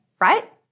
right